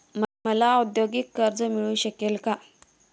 मला औद्योगिक कर्ज मिळू शकेल का?